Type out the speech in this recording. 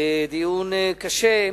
דיון קשה,